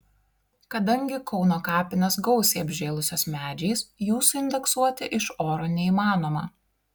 kadangi kauno kapinės gausiai apžėlusios medžiais jų suindeksuoti iš oro neįmanoma